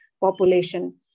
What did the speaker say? population